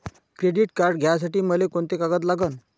Credit card घ्यासाठी मले कोंते कागद लागन?